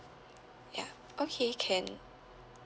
ya okay can